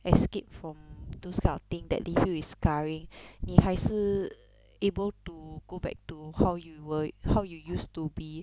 escape from those kind of thing that leave you with scarring 你还是 able to go back to how you were how you used to be